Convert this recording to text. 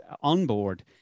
onboard